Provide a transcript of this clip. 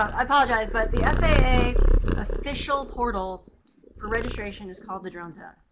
i apologize, but the faa official portal for registration is called the drone zone.